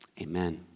Amen